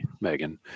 megan